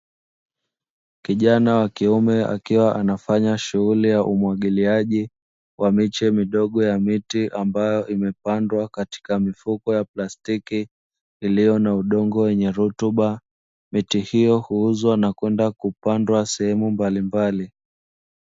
Kijana wa kiume akiwa anafanya shughuli ya umwagiliaji wa miche midogo ya miti, ambayo imepandwa katika mifuko ya plastiki, iliyo na udongo wenye rutuba. Miti hiyo huuzwa na kwenda kupandwa sehemu mbalimbali.